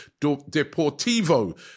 Deportivo